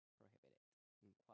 prohibited